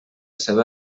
seva